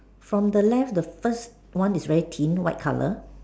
from the left the first one is very thin white colour